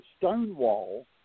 stonewall